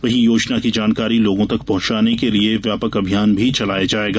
वहीं योजना की जानकारी लोगों तक पहुंचाने के लिये व्यापक अभियान भी चलाया जायेगा